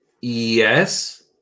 yes